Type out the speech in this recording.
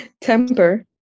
temper